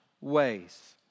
ways